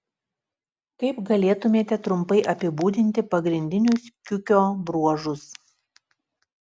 kaip galėtumėte trumpai apibūdinti pagrindinius kiukio bruožus